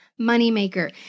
moneymaker